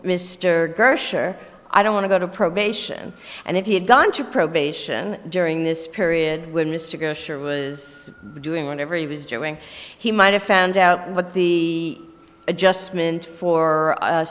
or i don't want to go to probation and if he had gone to probation during this period when mr gaucher was doing whatever he was doing he might have found out what the adjustment for